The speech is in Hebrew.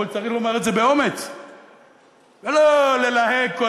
אבל צריך לומר את זה באומץ ולא ללהג כל